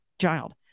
child